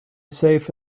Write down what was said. safe